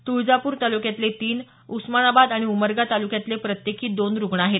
तुळजापूर तालुक्यातले तीन उस्मानाबाद आणि उमरगा तालुक्यातले प्रत्येकी दोन रुग्ण आहेत